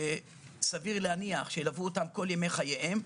שסביר להניח שילוו אותם כל ימי חייהם.